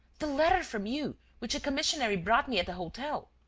the letter from you which a commissionaire brought me at the hotel.